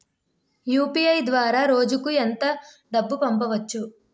UPI ద్వారా రోజుకి ఎంత డబ్బు పంపవచ్చు?